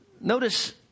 Notice